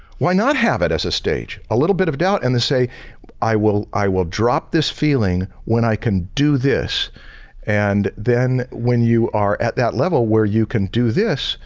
why not have it as a stage? a little bit of doubt and then say i will i will drop this feeling when i can do this and then when you are at that level where you can do this,